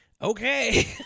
Okay